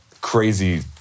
crazy